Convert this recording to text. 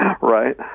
Right